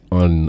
on